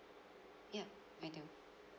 yup I do